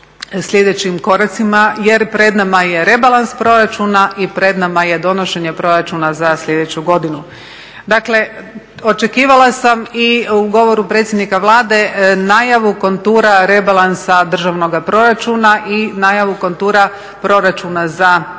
sljedećim koracima, jer pred nama je rebalans proračuna i pred nama je donošenje proračuna za sljedeću godinu. Dakle, očekivala sam i u govoru predsjednika Vlade najavu kontura rebalansa državnog proračuna i najavu kontura proračuna za